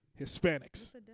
hispanics